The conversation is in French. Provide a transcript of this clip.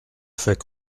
fait